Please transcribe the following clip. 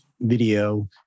video